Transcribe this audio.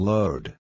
Load